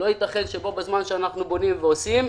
לא יתכן שבו בזמן שאנחנו בונים ועושים,